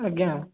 ଆଜ୍ଞା